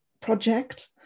project